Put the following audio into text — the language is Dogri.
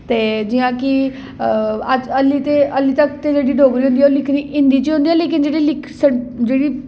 ते जि'यां के हल्ली तक्क ते जेह्ड़ी डोगरी होंदी ऐ ओह् लिखी दी हिंदी च होंदी ऐ पर जेह्ड़ी इक्क जेह्ड़ी